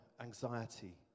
anxiety